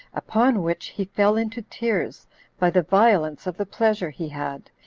upon which he fell into tears by the violence of the pleasure he had,